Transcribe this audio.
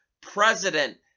president